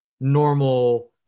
normal